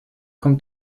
kommt